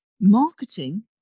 marketing